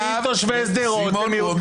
האם תושבי שדרות